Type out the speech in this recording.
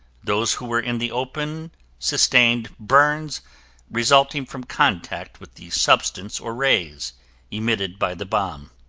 those who were in the open sustained burns resulting from contact with the substance or rays emitted by the bomb.